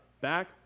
back